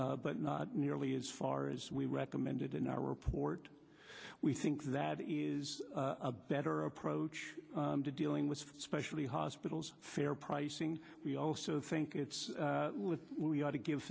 but not nearly as far as we recommended in our report we think that is a better approach to dealing with specially hospitals fair pricing we also think it's we ought to give